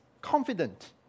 confident